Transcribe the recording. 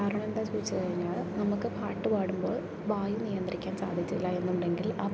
കാരണം എന്താ ചോദിച്ചുകഴിഞ്ഞാൽ നമുക്ക് പാട്ട് പാടുമ്പോൾ വായു നിയന്ത്രിക്കാൻ സാധിച്ചില്ല എന്നുണ്ടെങ്കിൽ ആ പാട്ട്